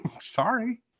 sorry